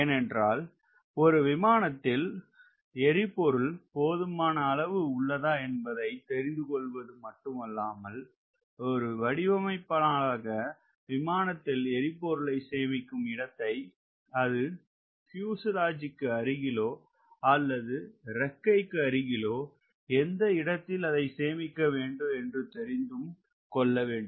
ஏனென்றல் ஒரு விமானத்தில் எரிபொருள் போதுமான அளவு உள்ளதா என்பதை தெரிந்துகொள்வது மட்டும் அல்லாமல் ஒரு வடிவமைப்பாளனாக விமானத்தில் எரிபொருளை சேமிக்கும் இடத்தை அது பியூஸ்லாஜ்க்கு அருகிலோ அல்லது இறக்கைக்கு அருகிலோ எந்த இடத்தில அதை சேமிக்க வேண்டும் என்றும் தெரிந்து கொள்ளவேண்டும்